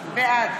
בעד